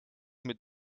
mit